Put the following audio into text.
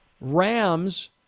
Rams